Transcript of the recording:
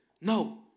No